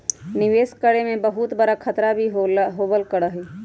निवेश करे में बहुत बडा खतरा भी होबल करा हई